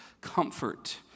comfort